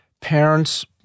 parents